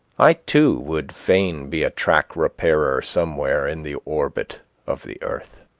i too would fain be a track-repairer somewhere in the orbit of the earth.